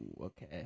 okay